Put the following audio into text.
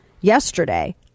yesterday